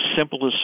simplest